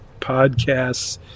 podcasts